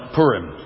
Purim